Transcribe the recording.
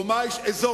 אני לא יודע איזו